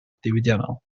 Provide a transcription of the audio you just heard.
diwydiannol